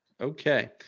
Okay